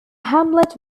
hamlet